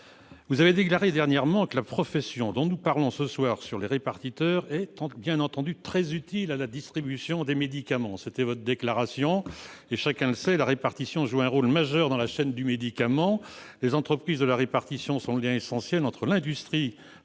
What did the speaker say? vous avez déclaré dernièrement que la profession dont nous parlons, à savoir celle des répartiteurs, est très utile à la distribution des médicaments. Chacun le sait, la répartition joue un rôle majeur dans la chaîne du médicament : les entreprises de la répartition sont le lien essentiel entre l'industrie